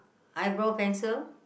eyebrow pencil